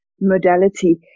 modality